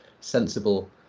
sensible